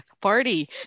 party